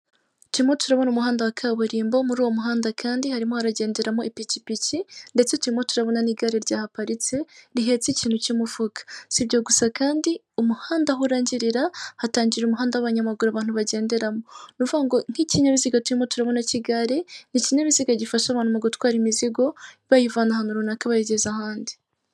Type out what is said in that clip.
Turimo turabona umuhanda wa kaburimbo muri uwo muhanda kandi harimo hagenderamo ipikipiki ndetse turimo turabona n'igare ryahaparitse rihetse ikintu cyumufuka, si ibyo gusa kandi umuhanda aho urangirira hatangira umuhanda abanyamaguru abantu bagenderamo, ni ukuvuga ngo nk'ikinyabiziga turimo turabona k'igare, ni ikinyabiziga gifasha abantu mu gutwara imizigo bayivana ahantu runaka bayigeze ahandi.